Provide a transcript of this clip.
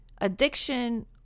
addiction